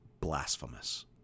blasphemous